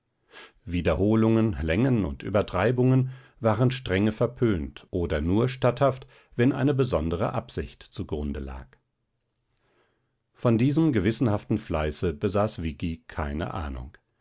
wiederholungen längen und übertreibungen waren strenge verpönt oder nur statthaft wenn eine besondere absicht zugrunde lag von diesem gewissenhaften fleiße besaß viggi keine ahnung